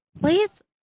please